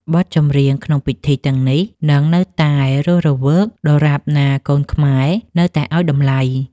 បទចម្រៀងក្នុងពិធីទាំងនេះ នឹងនៅតែរស់រវើកដរាបណាកូនខ្មែរនៅតែឱ្យតម្លៃ។